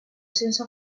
sense